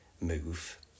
move